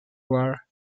war